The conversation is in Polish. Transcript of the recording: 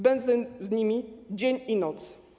Będę z nimi dzień i noc.